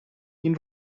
این